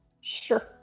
Sure